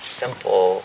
simple